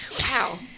Wow